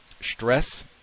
stress